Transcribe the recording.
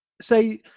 say